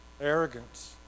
Arrogance